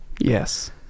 Yes